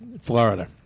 Florida